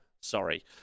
Sorry